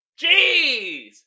Jeez